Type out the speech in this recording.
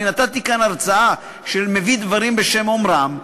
נתתי כאן הרצאה של מביא דברים בשם אומרם,